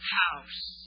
house